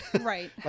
Right